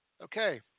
Okay